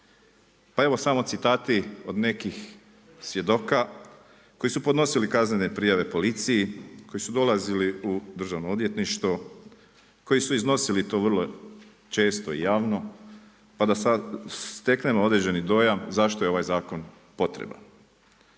Pa evo samo citati od nekih svjedoka koji su podnosili kaznene prijave policiji, koji su dolazili u državno odvjetništvo, koji su iznosili to vrlo često i javno pa da steknemo određeni dojam zašto je ovaj zakon potreban.